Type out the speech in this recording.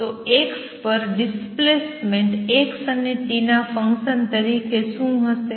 તો x પર displacement x અને t ના ફંક્શન તરીકે શું હશે